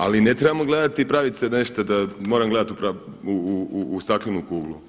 Ali ne trebamo gledati i pravit se nešto da moram gledat u staklenu kuglu.